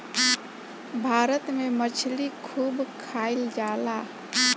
भारत में मछली खूब खाईल जाला